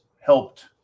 helped